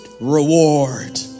reward